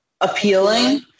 appealing